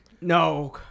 No